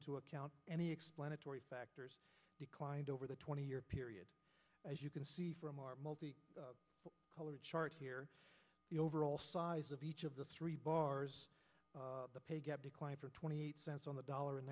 into account any explanatory factors declined over the twenty year period as you can see from our multi color chart here the overall size of each of the three bars the pay gap declined for twenty eight cents on the dollar in